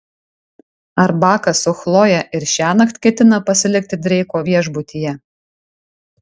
ar bakas su chloje ir šiąnakt ketina pasilikti dreiko viešbutyje